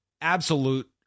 absolute